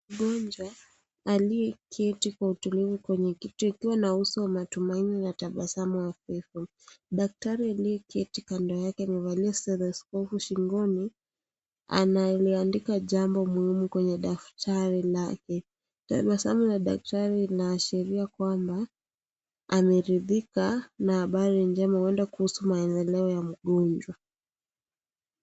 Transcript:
Mgonjwa alieketi kwa utulivu kwenye kiti akiwa na uso wa matumaini na tabasamu ,daktari aliyeketi kando yake amevalia siterosikopu shingoni anaiandika jambo muhimu kwenye fafdari lake , tabasamu la daktari linaashiria kwamba amerithika na habari njema huenda kuhusu maendeleo ya mgonjwa .